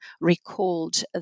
recalled